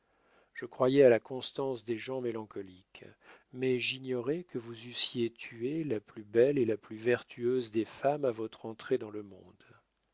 je croyais à la constance des gens mélancoliques mais j'ignorais que vous eussiez tué la plus belle et la plus vertueuse des femmes à votre entrée dans le monde